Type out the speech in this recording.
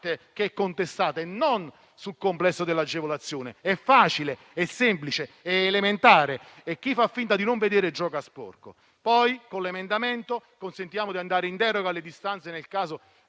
parte contestata e non sul complesso dell'agevolazione. È facile, semplice ed elementare, e chi fa finta di non vedere gioca sporco. Con un emendamento consentiamo di andare in deroga alle distanze nel caso